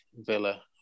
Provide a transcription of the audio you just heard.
Villa